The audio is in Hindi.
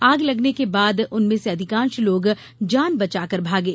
आग लगने के बाद उनमें से अधिकांश लोग जान बचाकर भागे